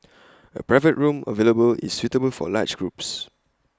A private room available is suitable for large groups